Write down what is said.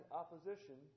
opposition